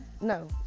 no